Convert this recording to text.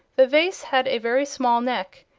the vase had a very small neck,